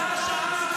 שעה-שעה,